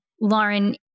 Lauren